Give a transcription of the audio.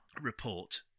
report